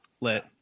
lit